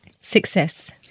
success